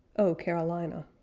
o carolina.